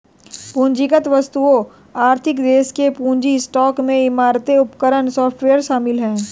पूंजीगत वस्तुओं आर्थिक देश के पूंजी स्टॉक में इमारतें उपकरण सॉफ्टवेयर शामिल हैं